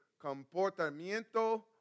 comportamiento